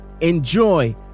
Enjoy